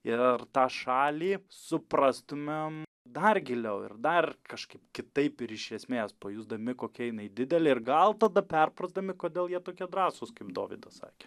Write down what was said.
ir ar tą šalį suprastumėm dar giliau ir dar kažkaip kitaip ir iš esmės pajusdami kokia jinai didelė ir gal tada perprasdami kodėl jie tokie drąsūs kaip dovydas sakė